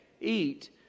eat